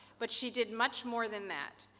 but, she did much more than that.